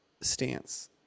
stance